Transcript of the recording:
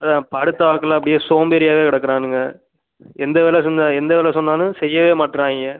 அதான் படுத்த வாக்கில் அப்படியே சோம்பேறியாகவே கிடக்குறானுங்க எந்த வேலை செஞ்சால் எந்த வேலை சொன்னாலும் செய்யவே மாட்றாங்க